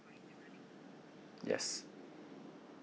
yes